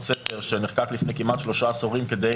סתר שנחקק לפני כמעט שלושה עשורים כדי